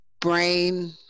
brain